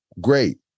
Great